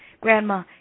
Grandma